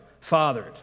fathered